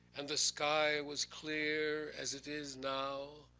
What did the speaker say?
and the sky was clear as it is now.